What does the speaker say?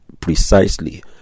precisely